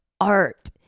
art